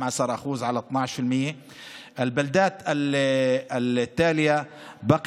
12%. היישובים שלהלן, מצבם